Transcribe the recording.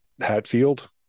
Hatfield